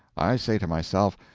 i say to myself,